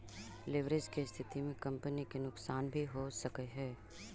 leverage के स्थिति में कंपनी के नुकसान भी हो सकऽ हई